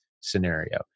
scenario